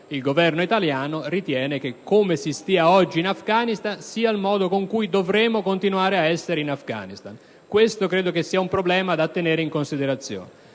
Il Governo italiano ritiene che, come si stia oggi in Afghanistan, sia il modo con cui dovremo continuare a restarci. Credo sia un problema da tenere in considerazione.